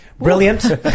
Brilliant